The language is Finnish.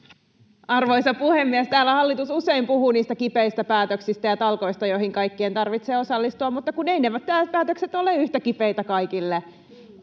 Arvoisa puhemies! Täällä hallitus usein puhuu niistä kipeistä päätöksistä ja talkoista, joihin kaikkien tarvitsee osallistua, mutta kun eivät nämä päätökset ole yhtä kipeitä kaikille.